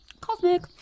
Cosmic